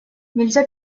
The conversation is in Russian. нельзя